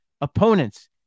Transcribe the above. Opponents